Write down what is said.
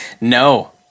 No